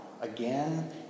Again